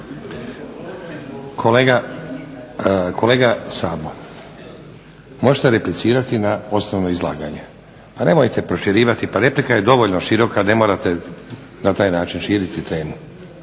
(SDP)** Kolega Sabo možete replicirati na osnovno izlaganje, a nemojte proširivati pa replika je dovoljno široka ne morate na taj način širiti temu